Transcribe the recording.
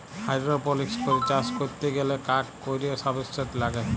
hydroponics করে চাষ ক্যরতে গ্যালে কাক কৈর সাবস্ট্রেট লাগে